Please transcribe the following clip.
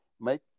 Make